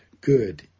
good